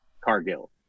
Cargill